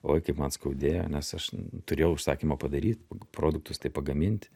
oi kaip man skaudėjo nes aš turėjau užsakymą padary produktus tai pagaminti